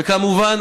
וכמובן,